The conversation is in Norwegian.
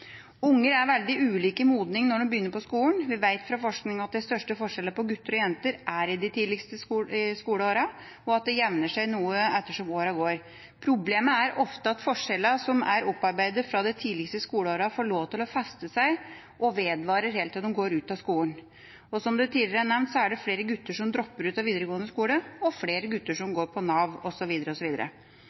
er veldig ulike i modning når de begynner på skolen. Vi vet fra forskning at den største forskjellen på gutter og jenter er i de tidligste skoleåra, og at det jevner seg noe ut etter som åra går. Problemet er ofte at forskjellene som er opparbeidet fra de tidligste skoleåra, får lov til å festne seg, og vedvarer helt til de går ut fra skolen. Som det tidligere er nevnt, er det flere gutter som dropper ut av videregående skole, flere gutter som går på Nav,